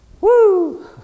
Woo